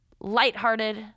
lighthearted